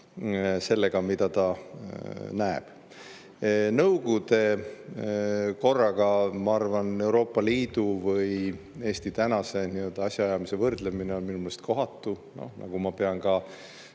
sellega, mida ta näeb. Nõukogude korraga, ma arvan, Euroopa Liidu või Eesti tänase asjaajamise võrdlemine on minu meelest kohatu. Ma pean ka